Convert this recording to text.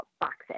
boxes